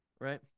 right